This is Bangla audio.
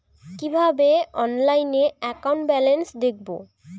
কিভাবে অনলাইনে একাউন্ট ব্যালেন্স দেখবো?